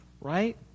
right